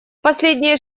последние